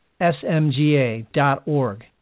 smga.org